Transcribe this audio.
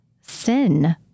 sin